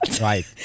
Right